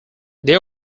they